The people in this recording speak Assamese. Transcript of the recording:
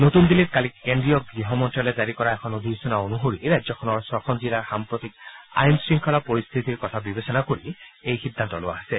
নতুন দিল্লীত কালি কেন্দ্ৰীয় গৃহ মন্ত্যালয়ে জাৰি কৰা এখন অধিসচনা অনুসৰি ৰাজ্যখনৰ ছখন জিলাৰ সাম্প্ৰতিক আইন শংখলা পৰিস্থিতিৰ কথা বিবেচনা কৰি এই সিদ্ধান্ত লোৱা হৈছে